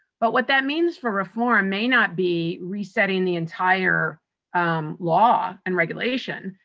but what that means for reform may not be resetting the entire um law and regulation.